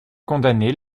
condamnés